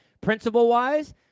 principle-wise